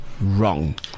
wrong